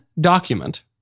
document